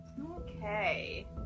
Okay